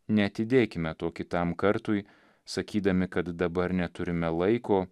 neatidėkime to kitam kartui sakydami kad dabar neturime laiko